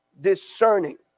Discerning